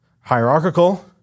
hierarchical